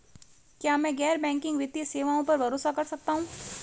क्या मैं गैर बैंकिंग वित्तीय सेवाओं पर भरोसा कर सकता हूं?